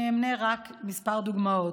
אני אמנה רק כמה דוגמאות: